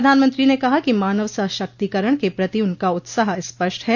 प्रधानमंत्री ने कहा कि मानव सशक्तिकरण के प्रति उनका उत्साह स्पष्ट है